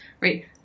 right